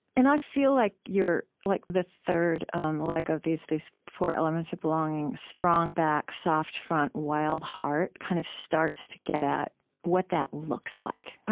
and i feel like like the third leg of these these four elements of belonging strong back, soft front, wild heart kind of starts to get at what that looks like